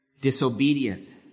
disobedient